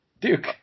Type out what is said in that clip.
Duke